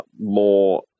more